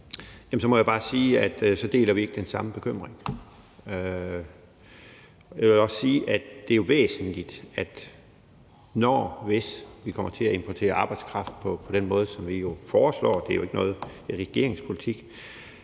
Så må jeg bare sige, at vi ikke deler den bekymring. Jeg vil også sige, at det jo er væsentligt, at vi, når/hvis vi kommer til at importere arbejdskraft på den måde, som vi foreslår – det er jo ikke noget, der er regeringspolitik